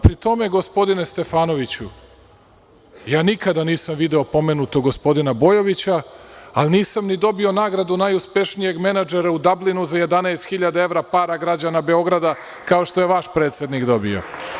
Pri tome, gospodine Stefanoviću, ja nikada nisam video pomenutog gospodina Bojovića, ali nisam ni dobio nagradu najuspešnijeg menadžera u Dablinu za 11 hiljada evra, para građana Beograda, kao što je vaš predsednik dobio.